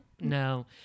no